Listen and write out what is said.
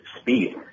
speed